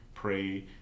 pray